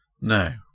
No